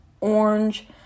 orange